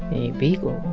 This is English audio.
a beagle.